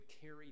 carry